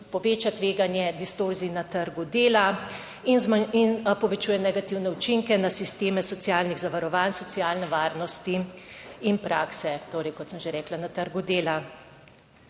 poveča tveganje distorzij na trgu dela in povečuje negativne učinke na sisteme socialnih zavarovanj, socialne varnosti in prakse. Torej, kot sem že rekla, na trgu dela